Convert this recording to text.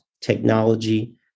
technology